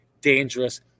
dangerous